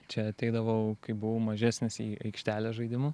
čia ateidavau kai buvau mažesnis į aikštelę žaidimų